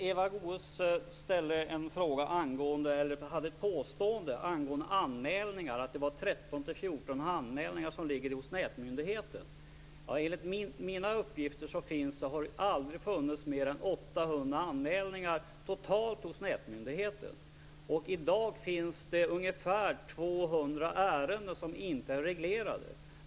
Fru talman! Eva Goës gjorde ett påstående att antalet anmälningar som ligger hos nätmyndigheten är 1 300-1 400. Enligt de uppgifter som jag har har det aldrig funnits mer än totalt 800 anmälningar hos nätmyndigheten. Det finns i dag ungefär 200 inte reglerade ärenden.